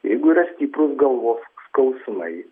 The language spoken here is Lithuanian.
jeigu yra stiprūs galvos skausmai